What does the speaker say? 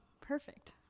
perfect